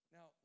Now